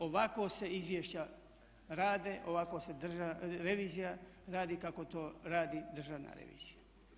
Ovako se izvješća rade, ovako se revizija radi kako to radi Državna revizija.